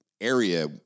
area